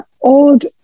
old